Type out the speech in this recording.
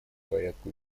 порядку